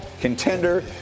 contender